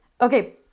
Okay